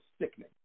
sickening